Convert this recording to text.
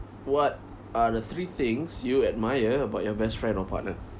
what are the three things you admire about your best friend or partner